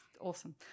awesome